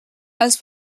els